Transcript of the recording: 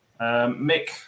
Mick